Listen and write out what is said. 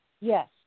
Yes